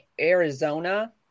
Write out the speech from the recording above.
Arizona